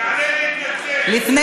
תתנצל.